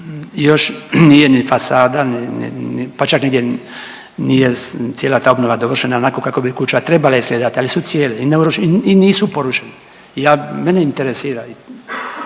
još nije ni fasada, pa čak negdje nije cijela ta obnova dovršena onako kako bi kuće trebale izgledat, ali su cijele i nisu porušene. Ja, mene interesira